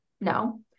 No